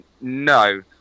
No